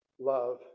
love